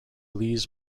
lees